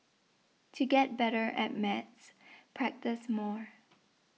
to get better at maths practise more